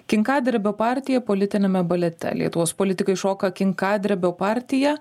kinkadrebio partija politiniame balete lietuvos politikai šoka kinkadrebio partiją